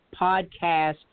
podcasts